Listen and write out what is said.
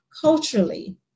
culturally